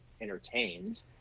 entertained